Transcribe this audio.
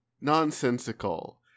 nonsensical